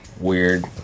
weird